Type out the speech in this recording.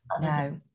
no